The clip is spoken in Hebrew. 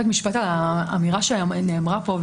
האמירה שנאמרה פה,